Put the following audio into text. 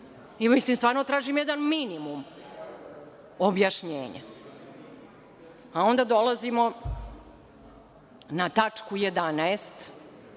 pitanje. Stvarno tražim jedan minimum objašnjenja, a onda dolazimo na tačku 11.